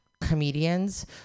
comedians